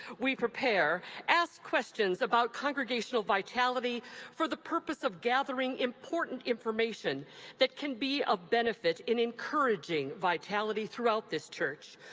we prepare asks questions about congregational vitality for the purpose of gathering important information that can be of benefit in encouraging vitality throughout this church.